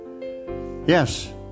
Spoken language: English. Yes